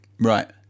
Right